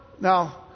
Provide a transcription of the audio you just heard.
Now